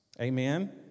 Amen